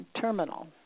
terminal